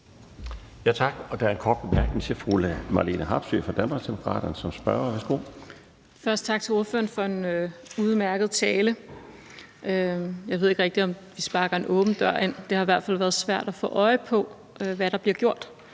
Først tak til ordføreren for en udmærket tale. Jeg ved ikke rigtig, om vi sparker en åben dør ind; det har i hvert fald været svært at få øje på, hvad der bliver gjort.